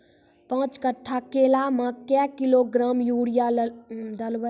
पाँच कट्ठा केला मे क्या किलोग्राम यूरिया डलवा?